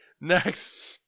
Next